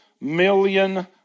million